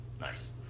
nice